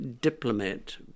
diplomat